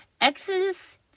Exodus